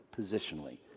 positionally